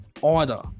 Order